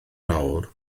nawr